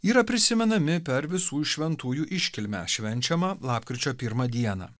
yra prisimenami per visų šventųjų iškilmę švenčiamą lapkričio pirmą dieną